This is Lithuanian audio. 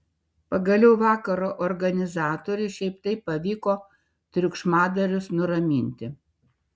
pagaliau vakaro organizatoriui šiaip taip pavyko triukšmadarius nuraminti